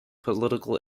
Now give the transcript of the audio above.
political